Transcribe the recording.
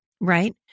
right